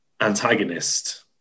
antagonist